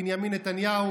בנימין נתניהו,